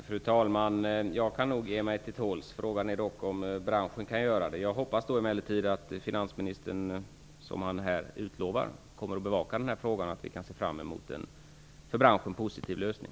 Fru talman! Jag kan nog ge mig till tåls. Frågan är dock om branschen kan göra det. Jag hoppas emellertid att finansministern som han här utlovar kommer att bevaka frågan och att vi kan se fram emot en för branschen positiv lösning.